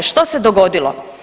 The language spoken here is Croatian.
Što se dogodilo?